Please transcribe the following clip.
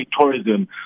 tourism